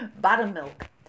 Buttermilk